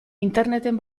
interneten